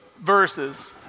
verses